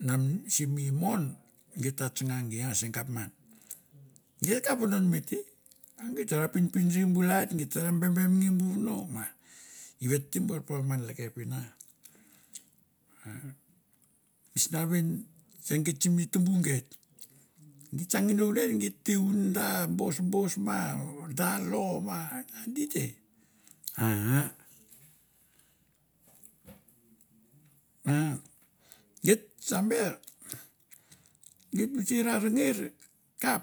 naman simi mon gi ta tsanga gi a se gapman, gei kap vodon me te, a gi ta ra pin pindri bi lait, geit ta ra bebem ngia bu vono ma i ve at te bor por man lekep en a, misna ven se geit simi tumbu geit, gi tsang nginou ne geit te un da bosbos ma da lo ma di te. Aaah a geit sa ber geit visi ra ringir kap.